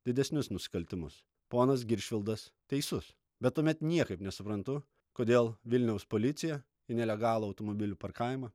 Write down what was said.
didesnius nusikaltimus ponas giršvildas teisus bet tuomet niekaip nesuprantu kodėl vilniaus policija į nelegalų automobilių parkavimą